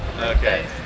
Okay